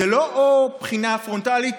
זה לא או בחינה פרונטלית